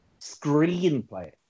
screenplay